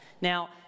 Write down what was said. Now